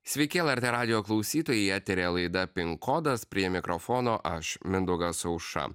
sveiki lrt radijo klausytojai eteryje laida pin kodas prie mikrofono aš mindaugas aušra